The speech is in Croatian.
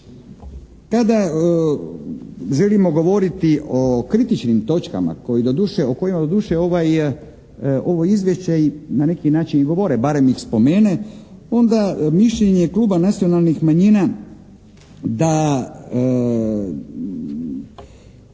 Kada želimo govoriti o kritičnim točkama koje doduše, o kojima doduše ovo izvješće i na neki način govore barem ih spomene, onda mišljenje Kluba nacionalnih manjina da